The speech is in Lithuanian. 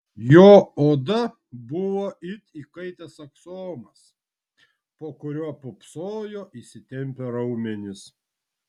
jo oda buvo it įkaitęs aksomas po kuriuo pūpsojo įsitempę raumenys